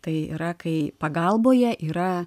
tai yra kai pagalboje yra